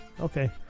Okay